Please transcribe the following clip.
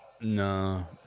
no